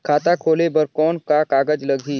खाता खोले बर कौन का कागज लगही?